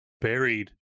buried